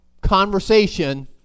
conversation